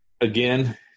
Again